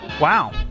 Wow